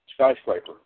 Skyscraper